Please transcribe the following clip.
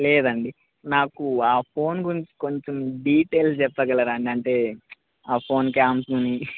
లేదండి నాకు ఆ ఫోన్ గు కొంచెం డీటెయిల్స్ చెప్పగలరాండి అంటే ఆ ఫోన్ క్యామ్స్ని